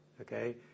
okay